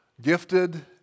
gifted